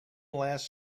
last